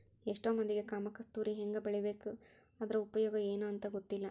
ಎಷ್ಟೋ ಮಂದಿಗೆ ಕಾಮ ಕಸ್ತೂರಿ ಹೆಂಗ ಬೆಳಿಬೇಕು ಅದ್ರ ಉಪಯೋಗ ಎನೂ ಅಂತಾ ಗೊತ್ತಿಲ್ಲ